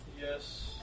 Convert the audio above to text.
Yes